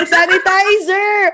sanitizer